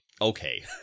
okay